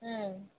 ꯎꯝ